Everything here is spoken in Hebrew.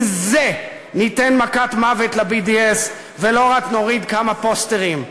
עם זה ניתן מכת מוות ל-BDS ולא רק נוריד כמה פוסטרים.